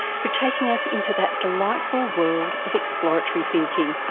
for taking us into that delightful world of exploratory thinking.